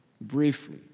Briefly